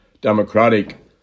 democratic